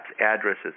addresses